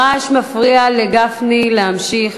הרעש מפריע לחבר הכנסת גפני להמשיך.